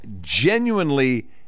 genuinely